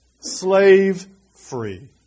Slave-free